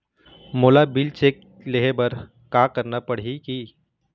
मोला bill check ले हे बर का करना पड़ही ही?